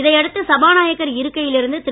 இதையடுத்து சபாநாயகர் இருக்கையில் இருந்து திரு